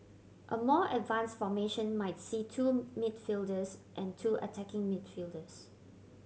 a more advanced formation might see two midfielders and two attacking midfielders